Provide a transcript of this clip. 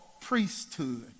priesthood